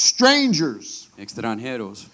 Strangers